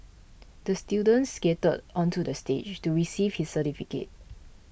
the student skated onto the stage to receive his certificate